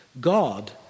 God